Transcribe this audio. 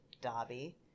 Dobby